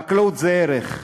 חקלאות זה ערך,